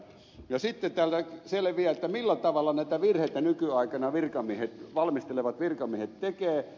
sitten täältä selviää millä tavalla näitä virheitä nykyaikana valmistelevat virkamiehet tekevät